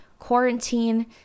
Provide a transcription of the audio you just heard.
Quarantine